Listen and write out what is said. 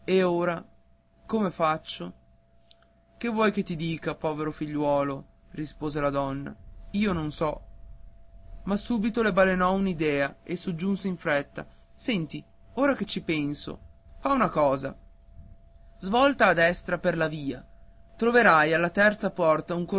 e ora come faccio che vuoi che ti dica povero figliuolo rispose la donna io non so ma subito le balenò un'idea e soggiunse in fretta senti ora che ci penso fa una cosa svolta a destra per la via troverai alla terza parte un